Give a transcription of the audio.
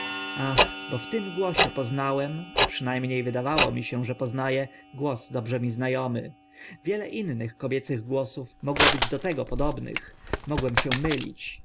ach bo w tym głosie poznałem a przyna mnie wydało mi się że pozna ę głos dobrze mi zna omy wiele innych kobiecych głosów mogło być do tego podobnych mogłem się mylić